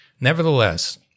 Nevertheless